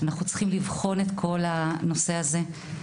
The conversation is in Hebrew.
אנחנו צריכים לבחון את כל הנושא הזה.